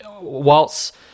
whilst